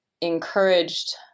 encouraged